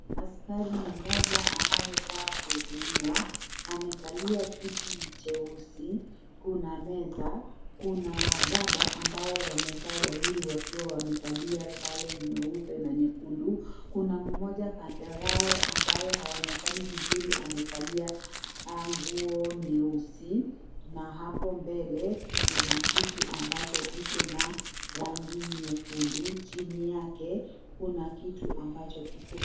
Askari mmoja anayekaa kuhudumiwa. Amekalia kiti cheusi, kuna meza, kuna wababa ambao wamekaa wawili wakiwa wamevalia sare nyeupe na nyekundu. Kuna mmoja kando yao ambaye haonekani vizuri. Amevalia nguo nyeusi na hapo mbele kuna kitu ambacho kiko na rangi nyekundu, chini yake kuna kitu ambacho kiko...